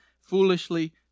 foolishly